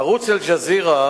ערוץ "אל-ג'זירה",